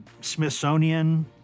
smithsonian